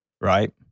right